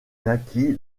naquit